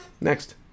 Next